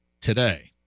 today